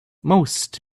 most